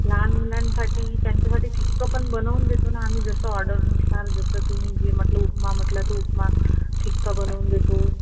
लहान मुलांसाठी त्यांच्यासाठी फिकं पण बनवून देतो नं आम्ही जसं ऑर्डरनुसार जसं तुम्ही जे म्हटलं उपमा म्हटलं तर उपमा फिकं बनवून देतो